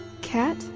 cat